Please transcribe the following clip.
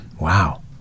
wow